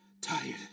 tired